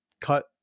cut